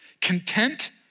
content